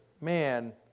man